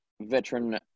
veteran